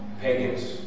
pagans